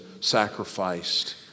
sacrificed